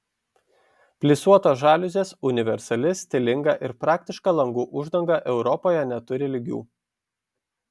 plisuotos žaliuzės universali stilinga ir praktiška langų uždanga europoje neturi lygių